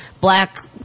black